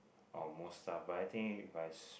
on most stuff but I think if I s~